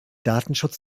datenschutz